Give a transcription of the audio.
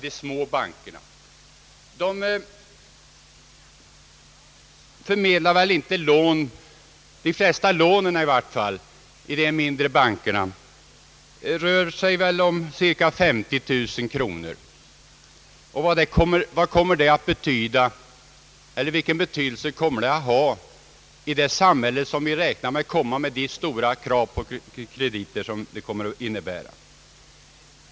De flesta lånen i de mindre bankerna rör sig om cirka 50 000 kronor, och vad kommer det att betyda i ett samhälle som kan förväntas komma med stora krav på krediter?